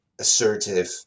assertive